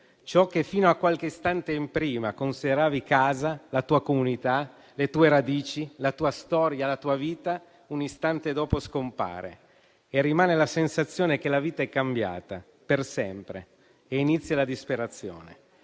Ciò che fino a qualche istante prima consideravi casa, la tua comunità, le tue radici, la tua storia, la tua vita, un istante dopo scompare e rimane la sensazione che la vita è cambiata per sempre, e inizia la disperazione.